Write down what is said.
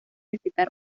respetar